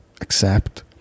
accept